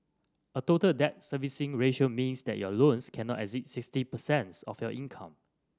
a Total Debt Servicing Ratio means that your loans cannot exceed sixty percent's of your income